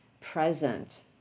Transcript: present